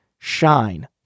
Shine